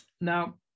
Now